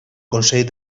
consell